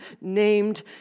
named